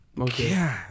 Okay